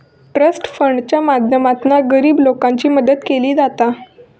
trust फंडाच्या माध्यमातना गरीब लोकांची मदत केली जाता